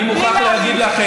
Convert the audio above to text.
בלי להעליב.